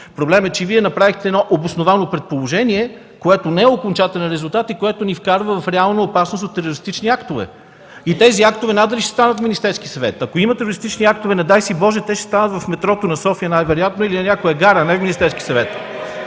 Проблемът е, че Вие направихте едно обосновано предположение, което не е окончателен резултат и което ни вкарва в реална опасност от терористични актове. И тези актове надали ще станат в Министерски съвет. Ако има терористични актове – не дай Боже – те ще станат в метрото на София най-вероятно или на някоя гара, не в Министерски съвет.